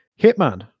hitman